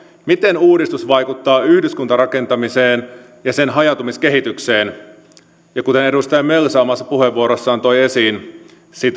miten uudistus vaikuttaa yhdyskuntarakentamiseen ja sen hajautumiskehitykseen ja kuten edustaja mölsä omassa puheenvuorossaan toi esiin